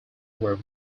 were